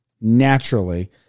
naturally